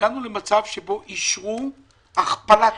הגענו למצב שאישרו את הכפלת